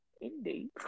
Indeed